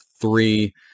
three